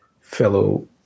fellow